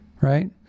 right